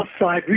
outside